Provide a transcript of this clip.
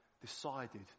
decided